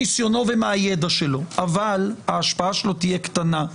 ניסיונו ומהידע שלו אבל ההשפעה שלו תהיה קטנה.